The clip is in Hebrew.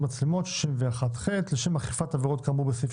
מצלמות 61ח לשם אכיפת עבירות כאמור בסעיף